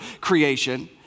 creation